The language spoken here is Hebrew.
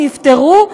נפטרו?